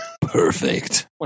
Perfect